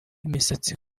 imisatsi